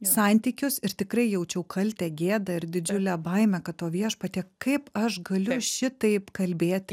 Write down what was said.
santykius ir tikrai jaučiau kaltę gėdą ir didžiulę baimę kad o viešpatie kaip aš galiu šitaip kalbėti